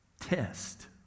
Test